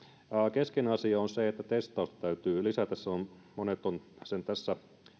keskeinen asia on se että testausta täytyy lisätä monet ovat sen tässä